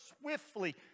swiftly